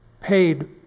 paid